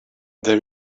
they